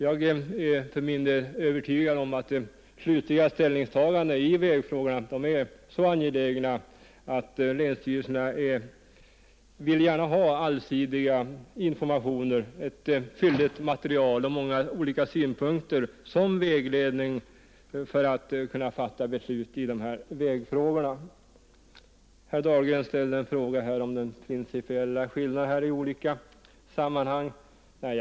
Jag är för min del övertygad om att det slutliga ställningstagandet i vägfrågorna är så angeläget att länsstyrelserna gärna vill ha allsidiga informationer och ett fylligt material från många olika synpunkter som vägledning för att kunna fatta beslut i vägfrågorna. Herr Dahlgren ställde en fråga om den principiella skillnaden mellan de olika tillvägagångssätten.